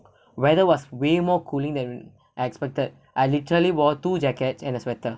weather was way more cooling than I expected I literally wore two jackets and a sweater